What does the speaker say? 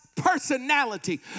personality